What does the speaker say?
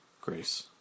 Grace